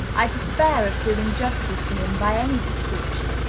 i despair of doing justice to him by any description.